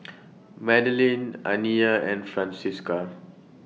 Madelene Aniyah and Francisca